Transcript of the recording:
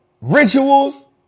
rituals